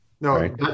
No